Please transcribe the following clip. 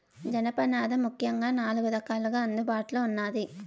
జనపనార ముఖ్యంగా నాలుగు రకాలుగా అందుబాటులో ఉన్నాది